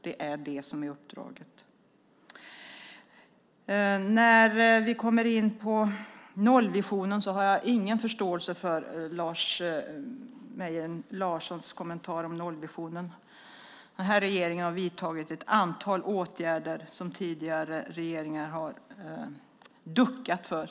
Det är det som är uppdraget. När vi kommer in på nollvisionen har jag ingen förståelse för Lars Mejern Larssons kommentar. Den här regeringen har vidtagit ett antal åtgärder som tidigare regeringar har duckat för.